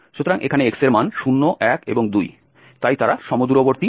সুতরাং এখানে x এর মান 0 1 এবং 2 তাই তারা সমদূরবর্তী